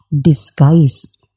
disguise